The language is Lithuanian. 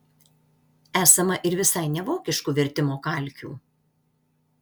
esama ir visai nevokiškų vertimo kalkių